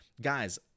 guys